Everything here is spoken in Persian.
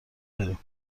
داریم